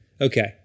Okay